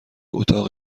اتاق